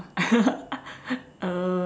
uh